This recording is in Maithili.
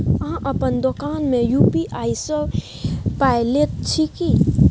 अहाँ अपन दोकान मे यू.पी.आई सँ पाय लैत छी की?